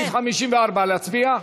סעיף 54 להצביע?